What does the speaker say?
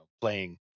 playing